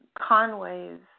Conway's